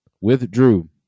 withdrew